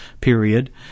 period